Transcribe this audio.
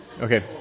Okay